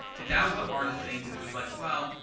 and that was the hardest thing because it was like, well,